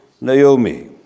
Naomi